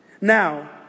Now